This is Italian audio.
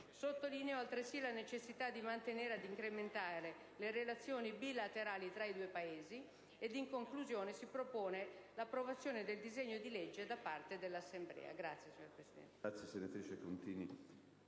Sottolineo altresì la necessità di mantenere ed incrementare le relazioni bilaterali tra i due Paesi. In conclusione, la Commissione propone l'approvazione del disegno di legge da parte dell'Assemblea.